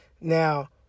Now